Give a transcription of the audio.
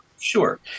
Sure